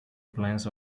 plans